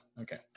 Okay